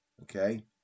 Okay